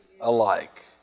alike